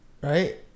right